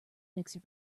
mixer